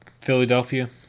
Philadelphia